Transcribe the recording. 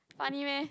funny meh